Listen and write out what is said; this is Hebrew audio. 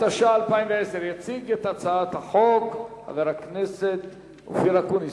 התש"ע 2010. יציג את הצעת החוק חבר הכנסת אופיר אקוניס,